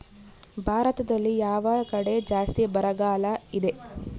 ಭಾರತದಲ್ಲಿ ಯಾವ ಕಡೆ ಜಾಸ್ತಿ ಬರಗಾಲ ಇದೆ?